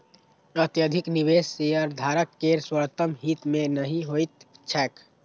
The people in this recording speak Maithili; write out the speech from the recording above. अत्यधिक निवेश शेयरधारक केर सर्वोत्तम हित मे नहि होइत छैक